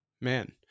Man